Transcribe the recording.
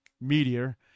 meteor